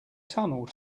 tunnel